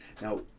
now